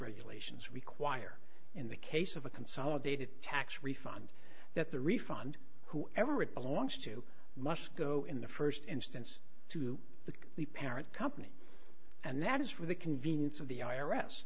regulations require in the case of a consolidated tax refund that the refund whoever it belongs to must go in the st instance to the the parent company and that is for the convenience of the i